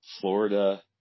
Florida